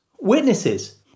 Witnesses